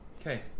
Okay